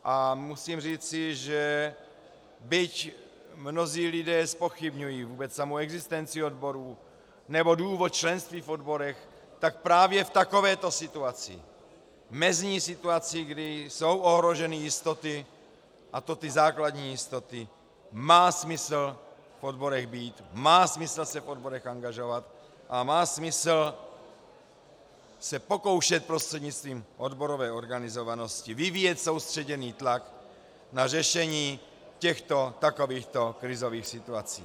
A musím říci, že byť mnozí lidé zpochybňují vůbec samu existenci odborů nebo důvod členství v odborech, tak právě v takovéto situaci, v mezní situaci, kdy jsou ohroženy jistoty, a to ty základní jistoty, má smysl v odborech být, má smysl se v odborech angažovat a má smysl se pokoušet prostřednictvím odborové organizovanosti vyvíjet soustředěný tlak na řešení takovýchto krizových situací.